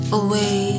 away